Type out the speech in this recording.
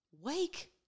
Wake